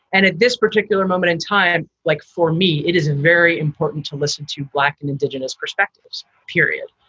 and at this particular moment in time, like for me, it is very important to listen to black and indigenous perspectives, period.